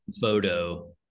photo